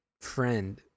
Friend